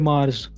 Mars